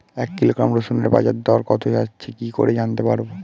এক কিলোগ্রাম রসুনের বাজার দর কত যাচ্ছে কি করে জানতে পারবো?